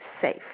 safe